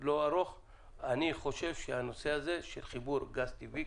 אני חושב שהנושא הזה של חיבור גז טבעי,